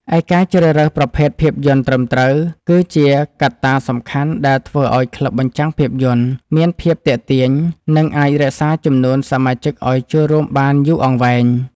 ឯការជ្រើសរើសប្រភេទភាពយន្តត្រឹមត្រូវ គឺជាកត្តាសំខាន់ដែលធ្វើឱ្យក្លឹបបញ្ចាំងភាពយន្ត មានភាពទាក់ទាញ និងអាចរក្សាចំនួនសមាជិកឱ្យចូលរួមបានយូរអង្វែង។